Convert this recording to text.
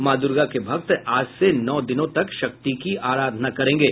मां दूर्गा के भक्त आज से नौ दिनों तक शक्ति की आराधना करेंगे